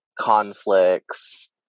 conflicts